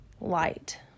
light